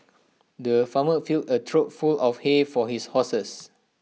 the farmer filled A trough full of hay for his horses